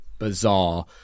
bizarre